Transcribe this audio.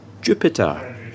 Jupiter